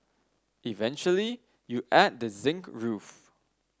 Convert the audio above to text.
eventually you add the zinc roof